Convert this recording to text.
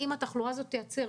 האם התחלואה הזאת תיעצר?